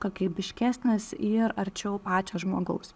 kokybiškesnis ir arčiau pačio žmogaus